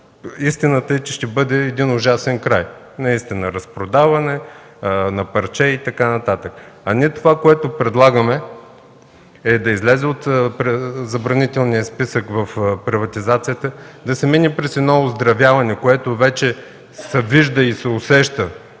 истината е, че ще бъде един ужасен край, разпродаване на парче и така нататък. Това, което ние предлагаме, е да се излезе от Забранителния списък за приватизация, да се мине през оздравяване, което вече се вижда и се усеща